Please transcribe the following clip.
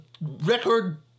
record